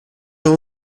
ont